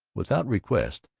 without request,